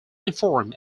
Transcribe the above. informed